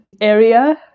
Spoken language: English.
area